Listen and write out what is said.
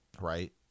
Right